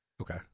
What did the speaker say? Okay